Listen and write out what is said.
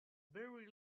very